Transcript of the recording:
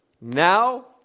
now